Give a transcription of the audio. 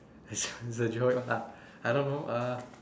it's a joke lah I don't know uh